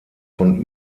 von